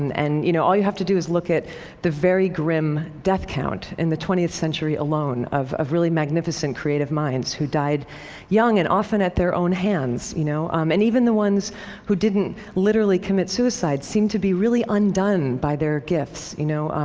and and you know all you have to do is look at the very grim death count in the twentieth century alone, of of really magnificent creative minds who died young and often at their own hands, you know? um and even the ones who didn't literally commit suicide seem to be really undone by their gifts, you know.